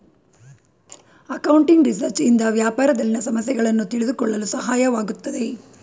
accounting research ಇಂದ ವ್ಯಾಪಾರದಲ್ಲಿನ ಸಮಸ್ಯೆಗಳನ್ನು ತಿಳಿದುಕೊಳ್ಳಲು ಸಹಾಯವಾಗುತ್ತದೆ